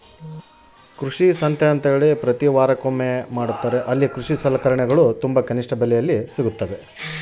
ಕೃಷಿ ಸಲಕರಣಿಗಳು ತುಂಬಾ ಕನಿಷ್ಠ ಬೆಲೆಯಲ್ಲಿ ಎಲ್ಲಿ ಸಿಗುತ್ತವೆ?